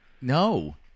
no